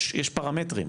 יש פרמטרים,